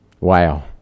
Wow